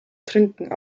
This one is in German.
trinken